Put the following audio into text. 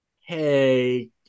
hey